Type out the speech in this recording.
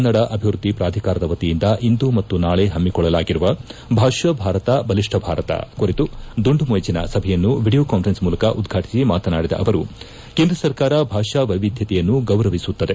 ಕನ್ನಡ ಅಭಿವೃದ್ಧಿ ಪ್ರಾಧಿಕಾರದ ವತಿಯಿಂದ ಇಂದು ಮತ್ತು ನಾಳೆ ಹಮ್ಮಿಕೊಳ್ಳಲಾಗಿರುವ ಭಾಷಾ ಭಾರತ ಬಲಿಷ್ಠ ಭಾರತ ಕುರಿತ ದುಂಡುಮೇಜಿನ ಸಭೆಯನ್ನು ವೀಡೀಯೋ ಕಾನ್ಫರೆನ್ಸ್ ಮೂಲಕ ಉದ್ಘಾಟಿಸಿ ಮಾತನಾಡಿದ ಅವರು ಕೇಂದ್ರ ಸರ್ಕಾರ ಭಾಷಾ ವೈವಿಧ್ಯತೆಯನ್ನು ಗೌರವಿಸುತ್ತದೆ